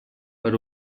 per